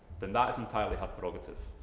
then that is entirely her prerogative.